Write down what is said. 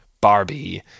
Barbie